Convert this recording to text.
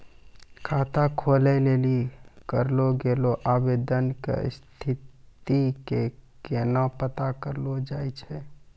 खाता खोलै लेली करलो गेलो आवेदन के स्थिति के केना पता करलो जाय छै?